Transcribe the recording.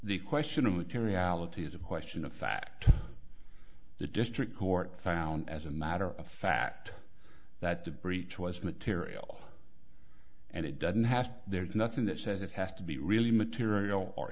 the question of materiality is a question of fact the district court found as a matter of fact that the breach was material and it doesn't have there's nothing that says it has to be really material or